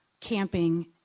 camping